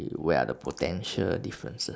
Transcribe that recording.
where are the potential differences